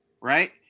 right